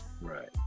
Right